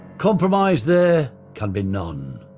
compromise, there can be none.